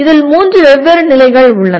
இதில் மூன்று வெவ்வேறு நிலைகள் உள்ளன